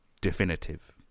definitive